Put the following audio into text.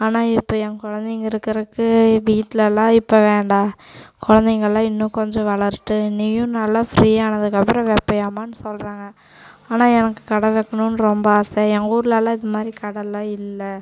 ஆனால் இப்போ என் குழந்தைங்க இருக்கிறக்கு வீட்லெல்லாம் இப்போ வேண்டாம் குழந்தைங்கள்லாம் இன்னும் கொஞ்சம் வளரட்டும் நீயும் நல்ல ஃப்ரீயானதுக்கப்புறம் வைப்பியாமான்னு சொல்கிறாங்க ஆனால் எனக்கு கடை வைக்கணுன்னு ரொம்ப ஆசை ஏ ஊர்லெலாம் இது மாதிரி கடைலாம் இல்லை